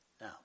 Now